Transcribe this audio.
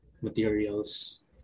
materials